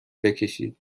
بکشید